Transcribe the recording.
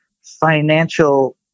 financial